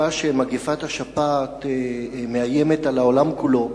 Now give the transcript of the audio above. בתקופה שמגפת השפעת מאיימת על העולם כולו